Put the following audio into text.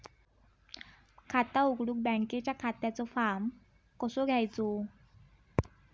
खाता उघडुक बँकेच्या खात्याचो फार्म कसो घ्यायचो?